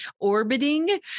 orbiting